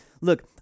look